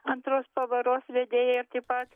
antros pavaros vedėją ir taip pat